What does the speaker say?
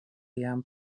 jam